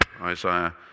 Isaiah